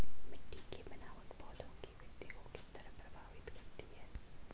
मिटटी की बनावट पौधों की वृद्धि को किस तरह प्रभावित करती है?